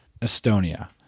Estonia